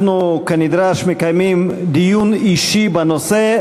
אנחנו, כנדרש, מקיימים דיון אישי בנושא.